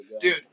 Dude